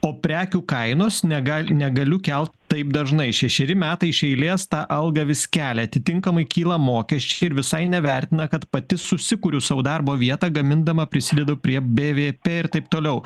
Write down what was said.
o prekių kainos negali negaliu kelt taip dažnai šešeri metai iš eilės tą algą vis kelia atitinkamai kyla mokesčiai ir visai nevertina kad pati susikuriu sau darbo vietą gamindama prisidedu prie bvp ir taip toliau